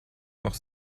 noch